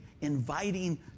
inviting